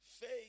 Faith